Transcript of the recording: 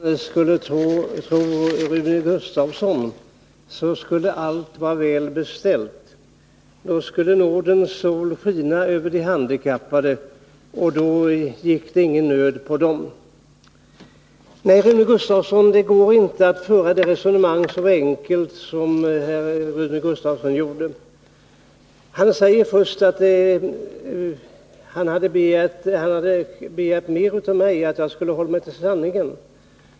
Herr talman! Om man skulle tro Rune Gustavsson skulle det vara väl beställt med allt — då skulle nådens sol skina över de handikappade, och då skulle det inte gå någon nöd på dem. Nej, det går inte att föra ett så enkelt resonemang som Rune Gustavsson gjorde. Rune Gustavsson begärde av mig att jag skulle hålla mig till sanningen.